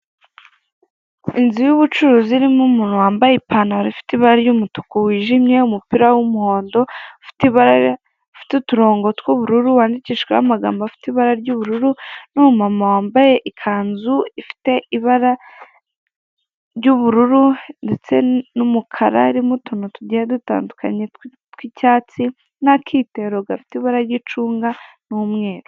Inzu y'ubucuruzi irimo umuntu wambaye ipantalo ifite ibara ry'umutuku wijimye, umupira w'umuhondo ufite ibara, ufite uturongo tw'ubururu wandikishijweho amagambo afite ibara ry'ubururu n'umumama wambaye ikanzu ifite ibara ry'ubururu ndetse n'umukara urimo utuntu tugiye dutandukanye tw'icyatsi n'akitero gafite ibara ry'icyatsi ndetse n'akitero gafite ibara ry'icunga n'umweru.